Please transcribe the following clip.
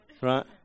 right